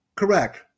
Correct